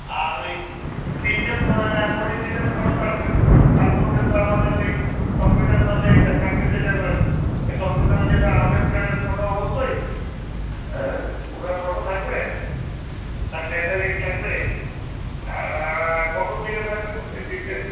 আর ওই তিন জন মনিষীদের ফটো থাকবে তার মধ্যে তো আমাদের ওই সংবিধান রচয়িতা ছাব্বিশে জানুয়ারি সংবিধানে হচ্ছে একটা আম্বেদকারের ফটো অবশ্যই হ্যাঁ ওনার ফটো থাকবে আর নেতাজির থাকবে আর ভগত সিংহয়ের থাকবে এই তিনটে